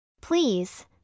Please